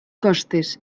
costes